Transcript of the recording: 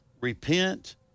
repent